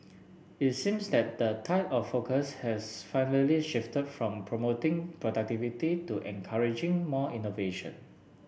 it seems that the tide of focus has finally shifted from promoting productivity to encouraging more innovation